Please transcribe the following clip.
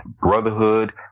Brotherhood